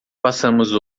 passamos